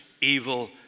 evil